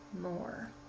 more